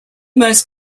most